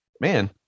man